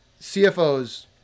CFOs